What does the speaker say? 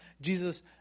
Jesus